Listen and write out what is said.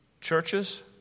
churches